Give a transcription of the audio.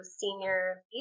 senior